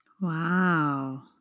Wow